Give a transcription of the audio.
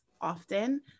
often